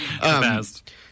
best